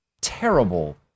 terrible